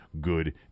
good